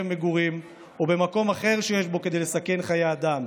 מגורים או במקום אחר שיש בו כדי לסכן חיי אדם,